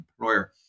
employer